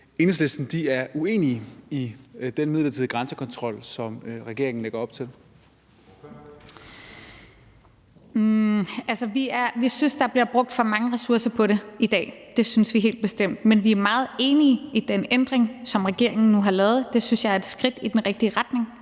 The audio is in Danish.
Anden næstformand (Jeppe Søe): Ordføreren. Kl. 15:55 Rosa Lund (EL): Altså, vi synes, der bliver brugt for mange ressourcer på det i dag – det synes vi helt bestemt. Men vi er meget enige i den ændring, som regeringen nu har lavet. Det synes jeg er et skridt i den rigtige retning